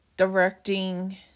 Directing